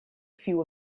few